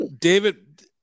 David